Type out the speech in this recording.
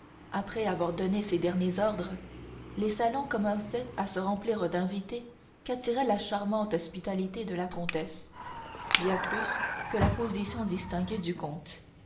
après avoir donné ses derniers ordres les salons commençaient à se remplir d'invités qu'attirait la charmante hospitalité de la comtesse bien plus que la position distinguée du comte